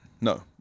No